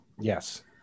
Yes